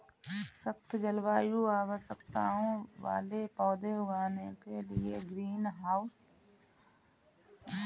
सख्त जलवायु आवश्यकताओं वाले पौधे उगाने के लिए आपको ग्रीनहाउस की आवश्यकता है